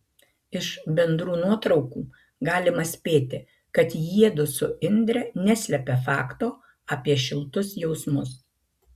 iš bendrų nuotraukų galima spėti kad jiedu su indre neslepia fakto apie šiltus jausmus